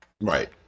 Right